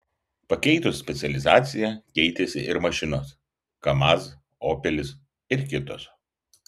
pakeitus specializaciją keitėsi ir mašinos kamaz opelis ir kitos